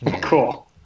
Cool